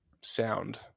sound